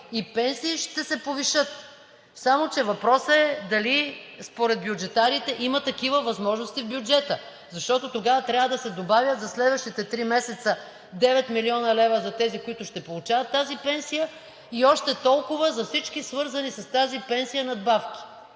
надбавки, ще се повишат. Въпросът е: дали според бюджетарите има такива възможности в бюджета, защото тогава трябва да се добавят за следващите три месеца 9 млн. лв. за тези, които ще получават тази пенсия, и още толкова за всички, свързани с тази пенсия, надбавки.